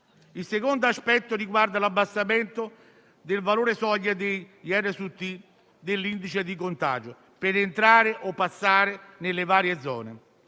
Il secondo aspetto riguarda l'abbassamento del valore soglia degli indici di contagio RT, per entrare o passare nelle varie zone.